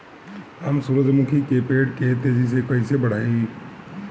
हम सुरुजमुखी के पेड़ के तेजी से कईसे बढ़ाई?